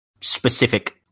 specific